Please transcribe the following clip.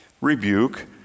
rebuke